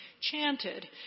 chanted